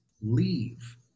leave